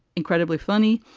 incredibly funny.